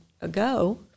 ago